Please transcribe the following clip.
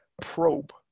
probe